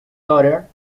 daughter